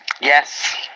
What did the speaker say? Yes